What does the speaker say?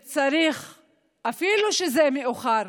אפילו שזה מאוחר,